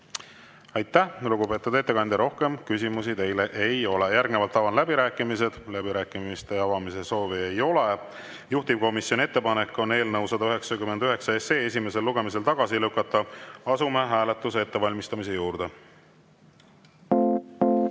Aitäh, lugupeetud ettekandja! Rohkem küsimusi teile ei ole. Järgnevalt avan läbirääkimised. Läbirääkimiste soovi ma ei näe. Juhtivkomisjoni ettepanek on eelnõu 253 esimesel lugemisel tagasi lükata. Asume hääletuse ettevalmistamise juurde.